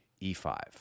e5